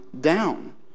down